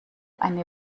eine